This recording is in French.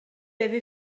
avait